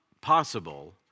possible